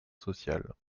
sociale